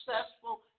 successful